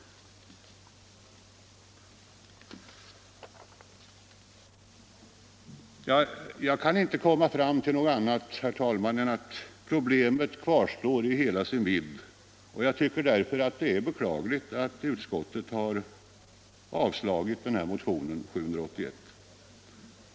Jag kan inte komma fram till något annat, herr talman, än att problemet kvarstår i hela sin vidd. Det är därför beklagligt att utskottet har avstyrkt motionen 781.